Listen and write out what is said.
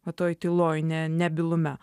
va toj tyloj ne nebylume